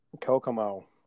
Kokomo